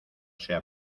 sea